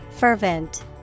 Fervent